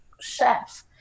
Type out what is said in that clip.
chef